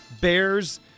Bears